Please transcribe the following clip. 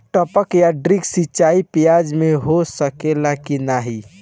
टपक या ड्रिप सिंचाई प्याज में हो सकेला की नाही?